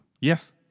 Yes